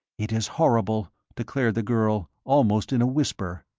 it is horrible, declared the girl, almost in a whisper.